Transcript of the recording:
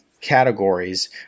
categories